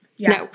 No